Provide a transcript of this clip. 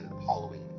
halloween